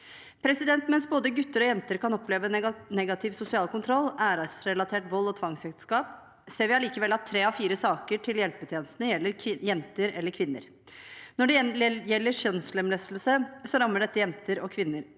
Mens både gutter og jenter kan oppleve negativ sosial kontroll, æresrelatert vold og tvangsekteskap, ser vi allikevel at tre av fire saker til hjelpetjenestene gjelder jenter eller kvinner. Når det gjelder kjønnslemlestelse, rammer dette jenter og kvinner.